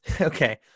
Okay